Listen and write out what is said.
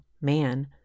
man